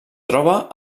troba